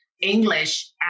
English